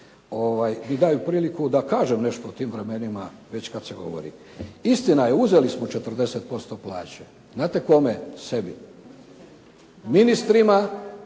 mi daje priliku da kažem nešto o tim vremenima već kada se govori. Istina je uzeli smo 40% plaće. Znate kome? Sebi. Ministrima